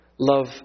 Love